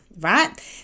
Right